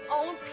own